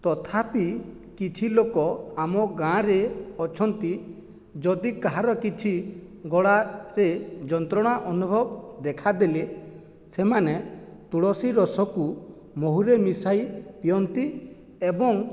ତଥାପି କିଛି ଲୋକ ଆମ ଗାଁରେ ଅଛନ୍ତି ଯଦି କାହାର କିଛି ଗଳାଥିରେ ଯନ୍ତ୍ରଣା ଅନୁଭବ ଦେଖାଦେଲେ ସେମାନେ ତୁଳସୀ ରସକୁ ମହୁରେ ମିଶାଇ ପିଅନ୍ତି ଏବଂ